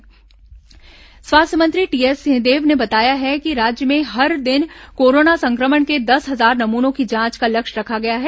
corona सतर्कता स्वास्थ्य मंत्री टीएस सिंहदेव ने बताया है कि राज्य में हर दिन कोरोना संक्रमण के दस हजार नमूनों की जांच का लक्ष्य रखा गया है